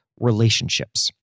relationships